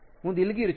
હું દિલગીર છું